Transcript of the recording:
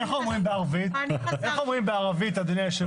איך אומרים בערבית, אדוני היושב-ראש?